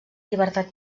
llibertat